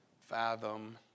fathom